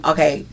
Okay